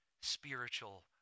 spiritual